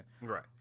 Right